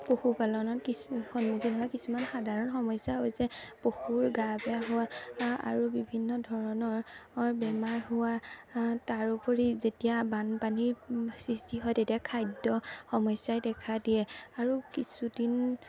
পশুপালনত কিছু সন্মুখীন হোৱা কিছুমান সাধাৰণ সমস্যা হৈছে পশুৰ গা বেয়া হোৱা আৰু বিভিন্ন ধৰণৰ বেমাৰ হোৱা আ তাৰোপৰি যেতিয়া বানপানীৰ সৃষ্টি হয় তেতিয়া খাদ্য সমস্যাই দেখা দিয়ে আৰু কিছুদিন